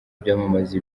byamamaza